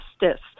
justice